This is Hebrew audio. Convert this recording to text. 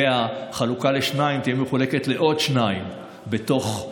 והחלוקה לשניים תהיה מחולקת לעוד שניים בתוך הגנים,